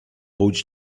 pójdź